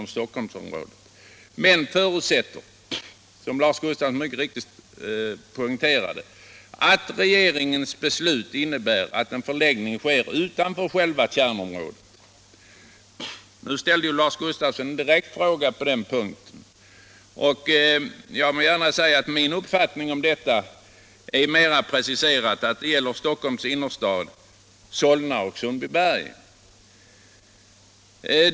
Min uppfattning här är att det mera preciserat gäller Stockholms innerstad, Solna och Sundbyberg.